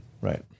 Right